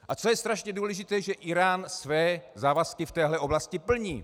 A co je strašně důležité že Írán své závazky v téhle oblasti plní.